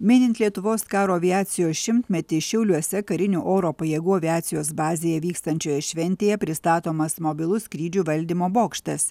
minint lietuvos karo aviacijos šimtmetį šiauliuose karinių oro pajėgų aviacijos bazėje vykstančioje šventėje pristatomas mobilus skrydžių valdymo bokštas